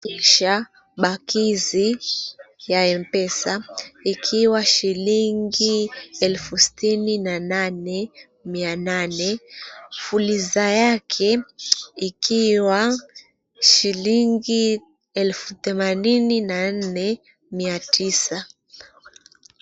Bakizi ya M Pesa ikiwa shilingi elfu sitini na nane, mia nane, fuliza yake ikiwa shilingi elfu themanini na nne, mia tisa.